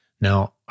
Now